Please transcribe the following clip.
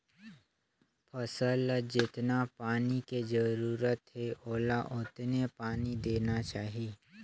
फसल ल जेतना पानी के जरूरत हे ओला ओतने पानी देना चाही